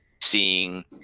seeing